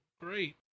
great